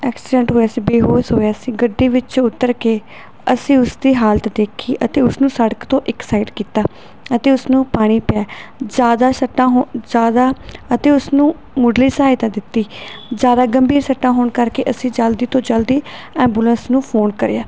accident ਹੋਇਆ ਸੀ ਬੇਹੋਸ਼ ਹੋਇਆ ਸੀ ਗੱਡੀ ਵਿੱਚੋਂ ਉਤਰ ਕੇ ਅਸੀਂ ਉਸ ਦੀ ਹਾਲਤ ਦੇਖੀ ਅਤੇ ਉਸ ਨੂੰ ਸੜਕ ਤੋਂ ਇੱਕ ਸਾਈਡ ਕੀਤਾ ਅਤੇ ਉਸਨੂੰ ਪਾਣੀ ਪਿਆ ਜ਼ਿਆਦਾ ਸੱਟਾਂ ਹੋ ਜ਼ਿਆਦਾ ਅਤੇ ਉਸਨੂੰ ਮੁੱਢਲੀ ਸਹਾਇਤਾ ਦਿੱਤੀ ਜ਼ਿਆਦਾ ਗੰਭੀਰ ਸੱਟਾਂ ਹੋਣ ਕਰਕੇ ਅਸੀਂ ਜਲਦੀ ਤੋਂ ਜਲਦੀ ਐਬੂਲੈਂਸ ਨੂੰ ਫੋਨ ਕਰਿਆ